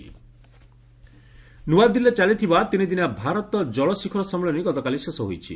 water summit ନ୍ନଆଦିଲ୍କୀରେ ଚାଲିଥିବା ତିନିଦିନିଆ ଭାରତ ଜଳ ଶିଖର ସମ୍ମିଳନୀ ଗତକାଲି ଶେଷ ହୋଇଛି